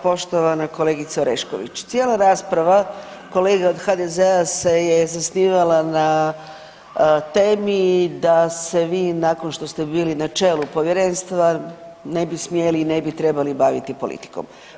Poštovana kolegice Orešković, cijela rasprava kolega od HDZ-a se je zasnivala na temi da se vi nakon što ste bili na čelu povjerenstva ne bi sjeli i ne bi trebali baviti politikom.